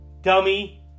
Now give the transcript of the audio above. Dummy